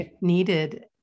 needed